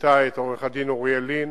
ומינתה את עורך-הדין אוריאל לין,